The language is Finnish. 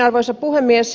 arvoisa puhemies